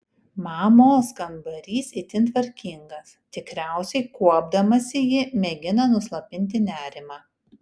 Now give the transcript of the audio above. mamos kambarys itin tvarkingas tikriausiai kuopdamasi ji mėgina nuslopinti nerimą